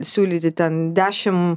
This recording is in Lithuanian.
siūlyti ten dešim